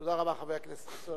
תודה רבה, חבר הכנסת חסון.